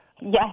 Yes